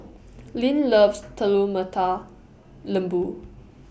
Leann loves Telur Mata Lembu